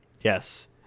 Yes